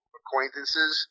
acquaintances